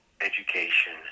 education